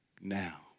now